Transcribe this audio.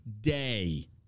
day